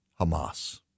Hamas